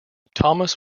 thomas